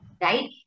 Right